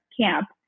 camp